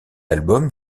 album